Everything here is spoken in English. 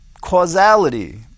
causality